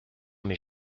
mais